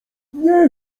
nie